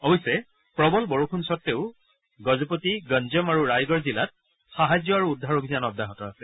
অৱশ্যে প্ৰবল বৰষুণ সত্বেও গজপতি গঞ্জম আৰু ৰায়গড় জিলাত সাহায্য আৰু উদ্ধাৰ অভিযান অব্যাহত আছে